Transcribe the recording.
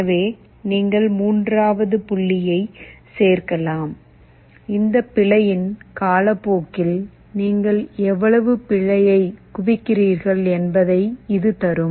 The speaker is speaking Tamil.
எனவே நீங்கள் மூன்றாவது புள்ளியைச் சேர்க்கலாம் இந்த பிழையின் காலப்போக்கில் நீங்கள் எவ்வளவு பிழையை குவிக்கிறீர்கள் என்பதை இது தரும்